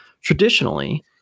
traditionally